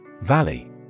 Valley